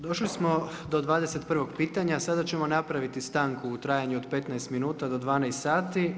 Došli smo do 21. pitanja, sada ćemo napraviti stanku u trajanju od 15 minuta do 12 sati.